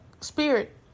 spirit